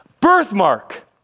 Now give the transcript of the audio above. Birthmark